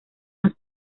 más